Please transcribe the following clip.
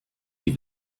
die